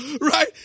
right